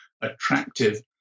attractive